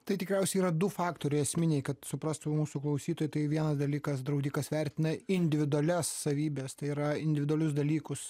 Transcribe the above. tai tikriausiai yra du faktoriai esminiai kad suprastų mūsų klausytojai tai vienas dalykas draudikas vertina individualias savybes tai yra individualius dalykus